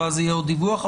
ואז יהיה עוד דיווח.